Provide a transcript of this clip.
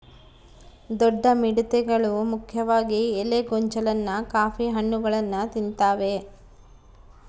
ದೊಡ್ಡ ಮಿಡತೆಗಳು ಮುಖ್ಯವಾಗಿ ಎಲೆ ಗೊಂಚಲನ್ನ ಕಾಫಿ ಹಣ್ಣುಗಳನ್ನ ತಿಂತಾವೆ